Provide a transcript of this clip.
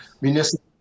municipal